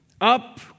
up